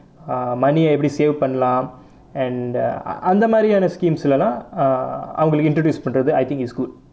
ah money யை எப்படி:yai eppadi save பண்ணலாம்:pannalaam and uh அந்த மாதிரியான:antha maathiriyaana schemes லுலை எல்லாம்:lulai ellaam uh அவங்களுக்கு:avangalukku introduce பண்றது:pandrathu I think is good